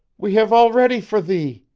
we have all ready for thee.